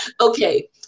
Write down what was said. Okay